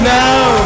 now